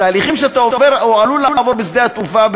התהליכים שאתה עובר או עלול לעבור בשדה התעופה,